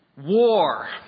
War